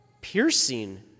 piercing